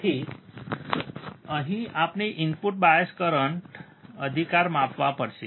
તેથી અહીં આપણે ઇનપુટ બાયસ કરંટ અધિકાર માપવા પડશે